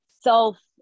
self